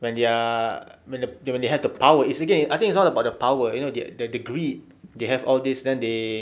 when they are when they have the power it's again it's all about the power you know the the greed they have all these then they